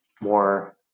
more